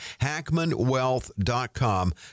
HackmanWealth.com